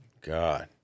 God